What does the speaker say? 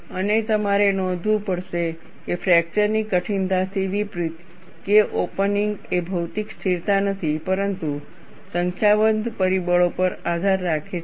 અને તમારે નોંધવું પડશે કે ફ્રેકચર ની કઠિનતાથી વિપરીત K ઓપનિંગ એ ભૌતિક સ્થિરતા નથી પરંતુ સંખ્યાબંધ પરિબળો પર આધાર રાખે છે